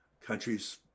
countries